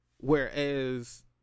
whereas